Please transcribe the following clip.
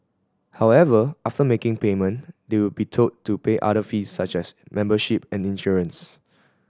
however after making payment they would be told to pay other fees such as membership and insurance